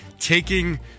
taking